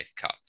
Cup